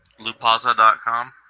lupaza.com